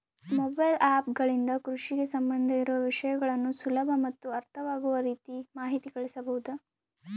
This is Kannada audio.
ಮೊಬೈಲ್ ಆ್ಯಪ್ ಗಳಿಂದ ಕೃಷಿಗೆ ಸಂಬಂಧ ಇರೊ ವಿಷಯಗಳನ್ನು ಸುಲಭ ಮತ್ತು ಅರ್ಥವಾಗುವ ರೇತಿ ಮಾಹಿತಿ ಕಳಿಸಬಹುದಾ?